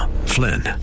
Flynn